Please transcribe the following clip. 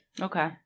Okay